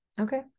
Okay